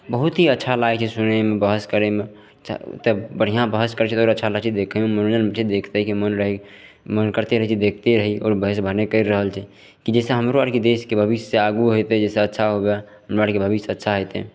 बहुतही अच्छा लागय छै सुनयमे बहस करयमे तऽ तब बढ़िआँ बहस करय छै तऽ आओर अच्छा लागय छै देखयमे मनोरञ्जन होइ छै देखतेके मोन रहय मोन करते रहय छै देखते रही आओर बहस भने करि रहल छै कि जैसे हमरो आरके देशके भविष्य आगू होतय जैसे अच्छा हुअए हमरा आरके भविष्य अच्छा हेतय